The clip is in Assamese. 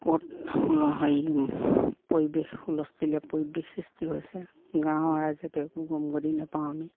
ক'ত হেৰি পৰিৱেশ হুলস্থলীয়া পৰিৱেশ সৃষ্টি হৈছে গাঁৱৰ ৰাইজেতো একো গমগতি নাপাওঁ আমি